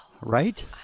right